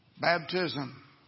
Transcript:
baptism